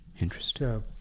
Interesting